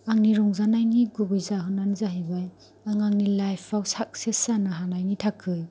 आंनि रंजानायनि गुबै जाहोनानो जाहैबाय आं आंनि लाइफआव साकसेस जानो हानायनि थाखाय